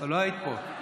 לא היית פה.